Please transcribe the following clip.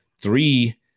three –